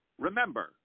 Remember